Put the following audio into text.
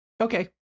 okay